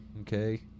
Okay